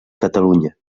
catalunya